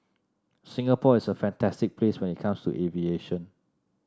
Singapore is a fantastic place when it comes to aviation